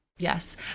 Yes